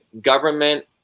government